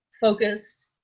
focused